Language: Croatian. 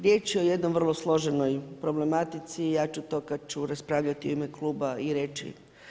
Riječ je o jednoj vrlo složenoj problematici i ja ću to kada ću raspravljati u ime kluba i reći.